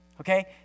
Okay